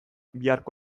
biharko